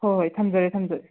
ꯍꯣꯏ ꯍꯣꯏ ꯊꯝꯖꯔꯦ ꯊꯝꯖꯔꯦ